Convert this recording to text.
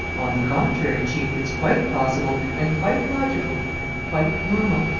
on the contrary, chief, it's quite possible and quite logical and quite normal.